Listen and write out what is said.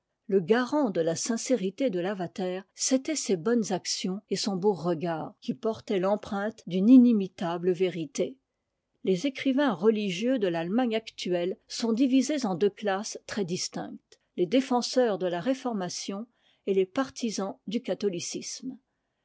le garant de la sincérité de lavater c'étaient ses bonnes actions et son beau regard qui portait l'empreinte d'une inimitable vérité les écrivains religieux de l'allemagne actuelle sont divisés en deux classes très distinctes les défenseurs de la réformation et les partisans du catholicisme